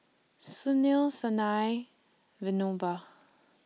Sunil Sanal Vinoba